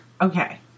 Okay